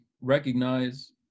recognize